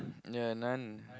ya nun